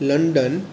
London